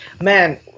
man